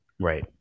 Right